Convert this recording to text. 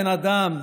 בן אדם,